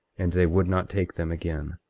and they would not take them again,